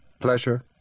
pleasure